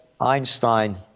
Einstein